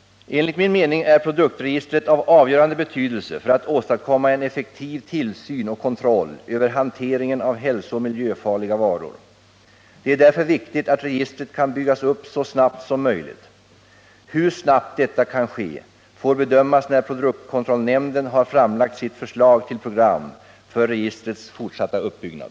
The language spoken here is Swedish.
Enligt min mening är produktregistret av avgörande betydelse för att åstadkomma en effektiv tillsyn och kontroll över hanteringen av hälsooch miljöfarliga varor. Det är därför viktigt att registret kan byggas upp så snabbt som möjligt. Hur snabbt detta kan ske får bedömas när produktkontrollnämnden har framlagt sitt förslag till program för registrets fortsatta uppbyggnad.